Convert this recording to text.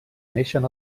neixen